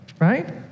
Right